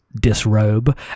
disrobe